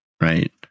Right